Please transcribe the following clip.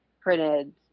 printed